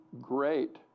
great